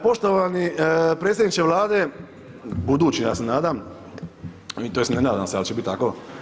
Poštovani predsjedniče Vlade, budući, ja se nadam, tj. ne nadam se, ali će biti tako.